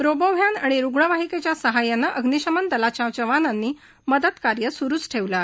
robot van आणि रुग्णवाहिकेच्या साहाय्यानं अग्निशमन दलाच्या जवानांनी मदतकार्य सुरुच ठेवलं आहे